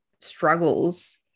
struggles